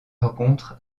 rencontre